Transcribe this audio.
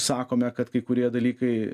sakome kad kai kurie dalykai